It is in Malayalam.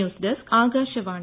news desk Akashvani